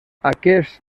aquests